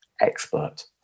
expert